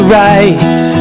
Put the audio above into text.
right